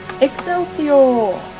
Excelsior